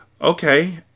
Okay